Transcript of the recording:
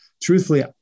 Truthfully